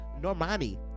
normani